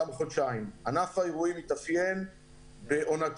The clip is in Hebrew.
ענף האולמות בנוי על מחזוריות,